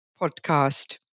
podcast